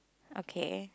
okay